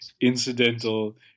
incidental